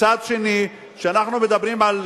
מצד שני, כשאנחנו מדברים על